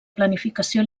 planificació